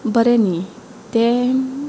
बरें न्ही तें